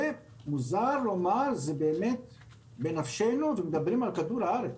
מוזר לומר, זה בנפשנו, ומדברים על כדור הארץ.